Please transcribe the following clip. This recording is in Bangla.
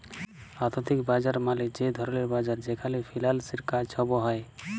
আথ্থিক বাজার মালে যে ধরলের বাজার যেখালে ফিল্যালসের কাজ ছব হ্যয়